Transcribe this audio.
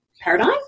paradigm